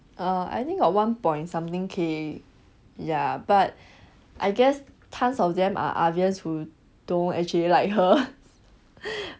err I think got one point something K ya but I guess tons of them are who don't actually like her